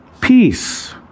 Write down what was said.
peace